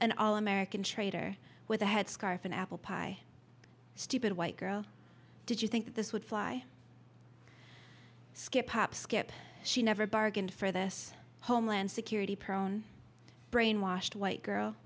and all american traitor with a headscarf an apple pie stupid white girl did you think this would fly skip hop skip she never bargained for this homeland security prone brainwashed white girl